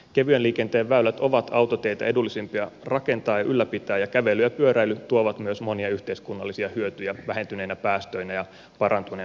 kevyen liikenteen väylät ovat autoteitä edullisempia rakentaa ja ylläpitää ja kävely ja pyöräily tuovat myös monia yhteiskunnallisia hyötyjä vähentyneinä päästöinä ja parantuneena terveydentilanteena